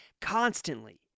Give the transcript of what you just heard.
constantly